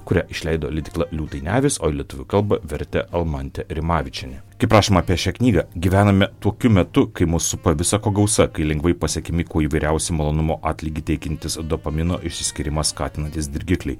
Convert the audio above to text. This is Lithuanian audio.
kurią išleido leidykla liūtai ne avys o į lietuvių kalbą vertė almantė rimavičienė kaip rašoma apie šią knygą gyvename tokiu metu kai mus supa visa ko gausa kai lengvai pasiekiami kuo įvairiausi malonumo atlygį teikiantys dopamino išsiskyrimą skatinantys dirgikliai